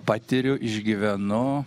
patiriu išgyvenu